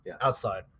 outside